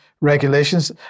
regulations